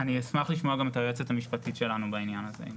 אני אשמח לשמוע גם את היועצת המשפטית שלנו בעניין הזה.